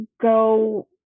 go –